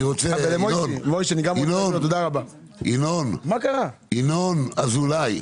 אני רוצה, ינון אזולאי,